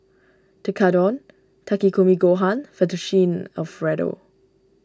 Tekkadon Takikomi Gohan Fettuccine Alfredo